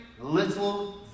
little